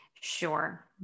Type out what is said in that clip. Sure